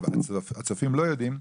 הצופים לא יודעים,